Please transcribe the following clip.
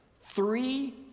Three